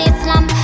Islam